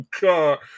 God